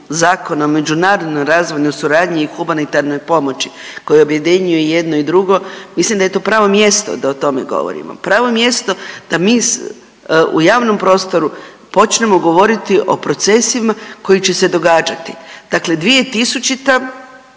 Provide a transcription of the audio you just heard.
zakona o međunarodnoj razvojnoj suradnji i humanitarnoj pomoći koji objedinjuje i jedno i drugo mislim da je to pravo mjesto da o tome govorimo. Pravo mjesto da mi u javnom prostoru počnemo govoriti o procesima koji će se događati. Dakle, 2000.